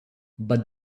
but